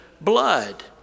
blood